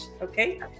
okay